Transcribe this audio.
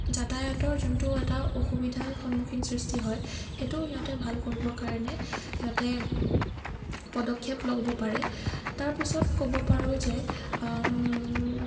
যতায়তৰ যোনটো এটা অসুবিধাৰ সন্মুখীন সৃষ্টি হয় সেইটোও সিহঁতে ভাল কৰিবৰ কাৰণে সিহঁতে পদক্ষেপ ল'ব পাৰে তাৰপিছত ক'ব পাৰোঁ যে